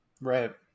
Right